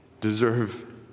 deserve